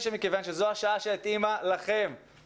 כפי שאני מניח שכולכם יודעים,